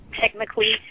technically